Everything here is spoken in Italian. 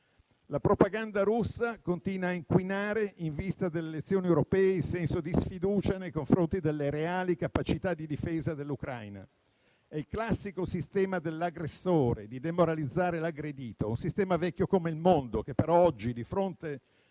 La propaganda russa continua a inquinare, in vista delle elezioni europee, il senso di sfiducia nei confronti delle reali capacità di difesa dell'Ucraina. È il classico sistema dell'aggressore di demoralizzare l'aggredito; un sistema vecchio come il mondo, che però oggi, di fronte